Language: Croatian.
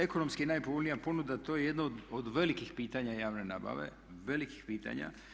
Ekonomski najpovoljnija ponuda to je jedno od velikih pitanja javne nabave, velikih pitanja.